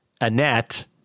Annette